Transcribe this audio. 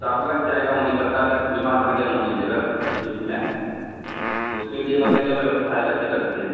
सात लाख चाहेगा ओनली बच्चा अगर बीमार पड़ गया मान लीजिए अगर बीच में तो उसके लिए मतलब क्या व्यवस्था एल आई सी करती है